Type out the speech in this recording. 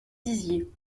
dizier